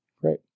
great